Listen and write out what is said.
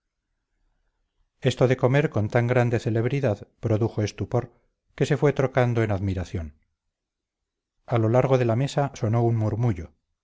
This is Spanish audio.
esto de comer con tan grande celebridad produjo estupor que se fue trocando en admiración a lo largo de la mesa sonó un murmullo